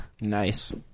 Nice